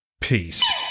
Peace